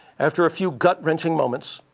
after a few gut wrenching moments,